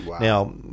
now